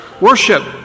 Worship